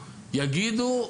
יגידו,